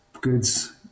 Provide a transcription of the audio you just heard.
goods